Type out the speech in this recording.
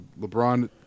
LeBron